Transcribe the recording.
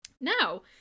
Now